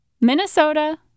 Minnesota